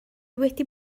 wedi